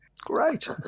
great